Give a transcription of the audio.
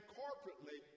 corporately